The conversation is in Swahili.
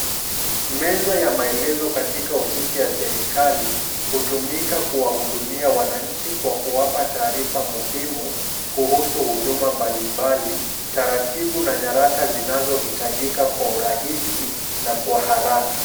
Meza ya maelezo katika ofisi ya serikali, hutumika kuwahudumia wananchi kwa kuwapa taarifa muhimu, kuhusu huduma mbalimbali, taratibu na nyaraka zinazohitajika kwa urahisi na kwa haraka.